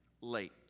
late